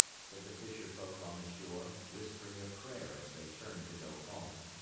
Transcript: said the fisher folk on the shore, whispering a prayer as they turned to go home.